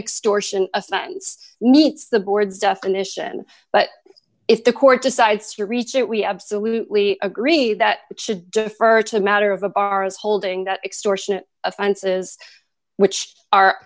extortion offense meets the board's definition but if the court decides to reach it we absolutely agree that it should defer to the matter of the bar as holding the extortionate offenses which are